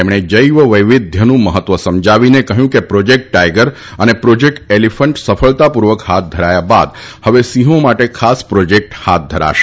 તેમણે જૈવ વૈવિધ્યનું મહત્વ સમજાવીને કહ્યું હતું કે પ્રોજેક્ટ ટાઇગર અને પ્રોજેકટ એલીફન્ટ સફળતાપૂર્વક હાથ ધર્યા બાદ હવે સિંહો માટે ખાસ પ્રોજેક્ટ હાથ ધરાશે